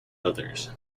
others